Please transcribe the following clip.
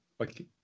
Okay